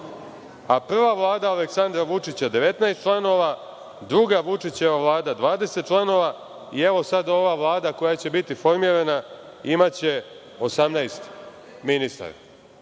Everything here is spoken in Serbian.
Prva Vlada Aleksandra Vučića imala je 19 članova, druga Vučićeva Vlada 20 članova i evo sad ova Vlada koja će biti formirana imaće 18 ministara.